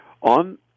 on